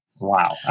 Wow